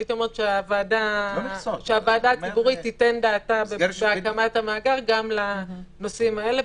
הייתי אומרת שהוועדה הציבורית תיתן דעתה בהקמת המאגר גם לנושאים האלה.